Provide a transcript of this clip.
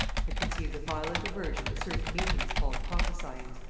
had conceived a violent aversion to certain meetings called prophesyings,